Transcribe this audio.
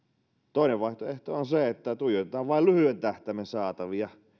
toinen vaihtoehto on se että tuijotetaan vain lyhyen tähtäimen saatavia